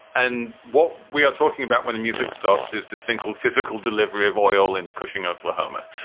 and what we are talking about when the music stops is the single physical delivery of oil in cushing, oklahoma.